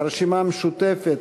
הרשימה המשותפת,